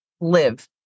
live